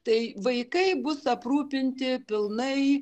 tai vaikai bus aprūpinti pilnai